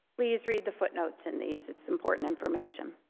please read the footnotes in these. it's important information.